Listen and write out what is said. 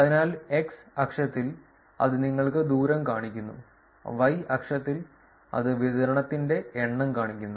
അതിനാൽ x അക്ഷത്തിൽ അത് നിങ്ങൾക്ക് ദൂരം കാണിക്കുന്നു y അക്ഷത്തിൽ അത് വിതരണത്തിന്റെ എണ്ണം കാണിക്കുന്നു